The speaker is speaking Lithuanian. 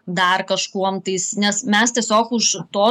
dar kažkuom tais nes mes tiesiog už to